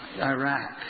Iraq